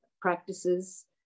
practices